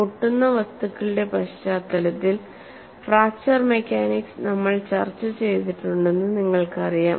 പൊട്ടുന്ന വസ്തുക്കളുടെ പശ്ചാത്തലത്തിൽ ഫ്രാക്ചർ മെക്കാനിക്സ് നമ്മൾ ചർച്ചചെയ്തിട്ടുണ്ടെന്ന് നിങ്ങൾക്കറിയാം